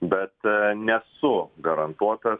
bet nesu garantuotas